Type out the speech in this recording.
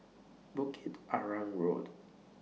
Bukit Arang Road